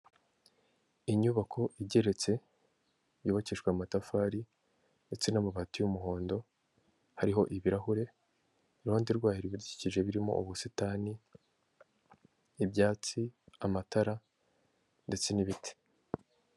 Inyubako igeretse, yubakishijwe amatafari ndetse n'amabati y'umuhondo, hariho ibirahure, iruhande rwayo hari ibidukikije birimo ubusitani, ibyatsi, amatara ndetse n'ibiti.